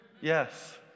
Yes